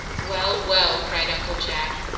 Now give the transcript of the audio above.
well, well, cried uncle jack,